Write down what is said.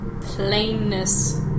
plainness